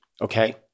okay